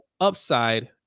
upside